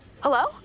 Hello